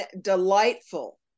delightful